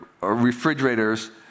refrigerators